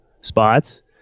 spots